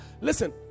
Listen